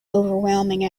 overwhelming